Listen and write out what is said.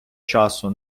часу